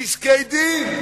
פסקי-דין,